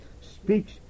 speaks